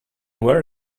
wear